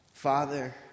Father